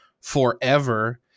forever